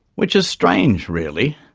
which is strange, really,